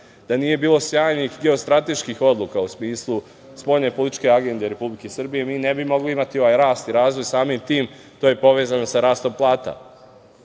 da nije bilo sjajnih geostrateških odluka u smislu spoljne političke agende Republike Srbije, mi ne bi mogli imati ovaj rast i razvoj. Samim tim, to je povezano sa rastom plata. Prema